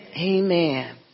Amen